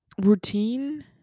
routine